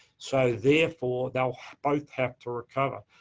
so, therefore, they'll both have to recover.